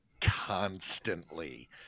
constantly